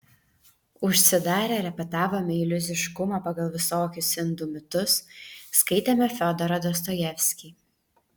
užsidarę repetavome iliuziškumą pagal visokius indų mitus skaitėme fiodorą dostojevskį